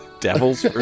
devils